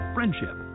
Friendship